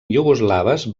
iugoslaves